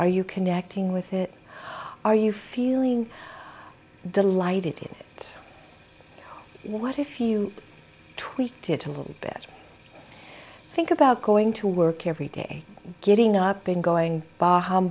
are you connecting with it are you feeling delighted what if you tweaked it a little bit think about going to work every day getting up in going by